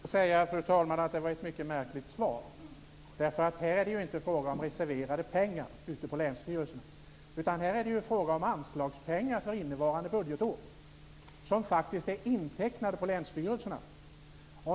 Fru talman! Jag måste säga att det var ett mycket märkligt svar. Det är ju inte fråga om reserverade pengar ute på länsstyrelserna, utan det är fråga om anslagspengar för innevarande budgetår som faktiskt är intecknade ute på länsstyrelserna.